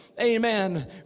amen